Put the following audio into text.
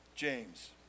James